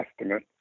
estimate